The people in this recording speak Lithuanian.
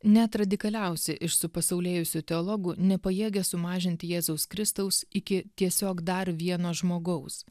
net radikaliausi iš supasaulėjusių teologų nepajėgė sumažinti jėzaus kristaus iki tiesiog dar vieno žmogaus